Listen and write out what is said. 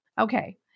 Okay